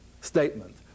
statement